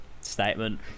statement